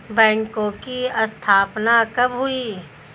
बैंकों की स्थापना कब हुई?